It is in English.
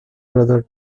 brother